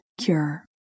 cure